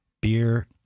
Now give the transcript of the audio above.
beer